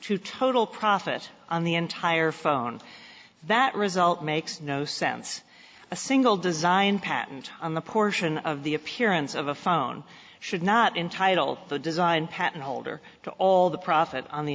to total profit on the entire phone that result makes no sense a single design patent on the portion of the appearance of a phone should not entitle the design patent holder to all the profit on the